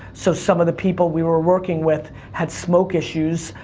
so some of the people we were working with had smoke issues,